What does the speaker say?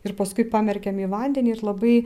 ir paskui pamerkiam į vandenį ir labai